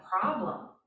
problem